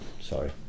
Sorry